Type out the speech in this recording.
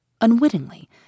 Unwittingly